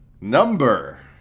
Number